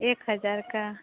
एक हज़ार का